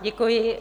Děkuji.